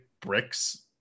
bricks